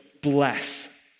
bless